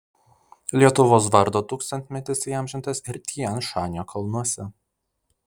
lietuvos vardo tūkstantmetis įamžintas ir tian šanio kalnuose